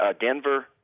Denver